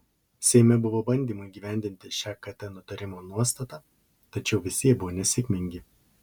seime buvo bandymų įgyvendinti šią kt nutarimo nuostatą tačiau visi jie buvo nesėkmingi